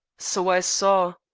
so i saw.